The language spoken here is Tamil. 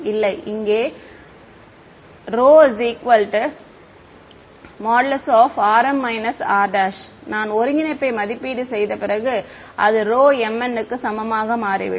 இல்லை இங்கே ρ |r m r'| நான் ஒருங்கிணைப்பை மதிப்பீடு செய்த பிறகு அது m n க்கு சமமாக மாறிவிடும்